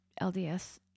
LDS